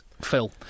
Phil